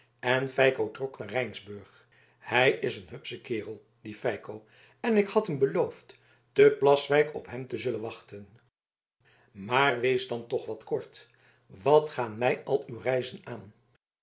en feiko trok naar rijnsburg hij is een hupsche kerel die feiko en ik had hem beloofd te plaswijk op hem te zullen wachten maar wees dan toch wat kort wat gaan mij al uw reizen aan